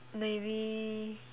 maybe